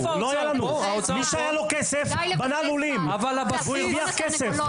מי שהיה לו כסף בנה לולים והרוויח כסף.